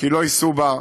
כי לא ייסעו בה,